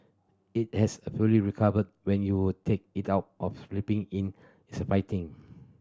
it has a fully recovered when you take it out of flapping in it's a fighting